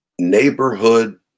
neighborhood